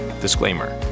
Disclaimer